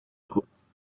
côte